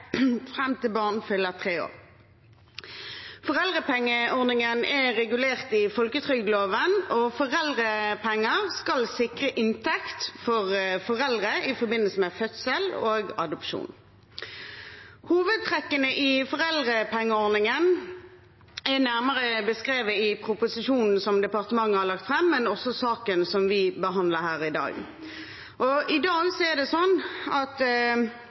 til barnet fyller tre år. Foreldrepengeordningen er regulert i folketrygdloven, og foreldrepenger skal sikre inntekt for foreldre i forbindelse med fødsel og adopsjon. Hovedtrekkene i foreldrepengeordningen er nærmere beskrevet i proposisjonen som departementet har lagt fram, men også i saken som vi behandler her i dag. I dag er det slik at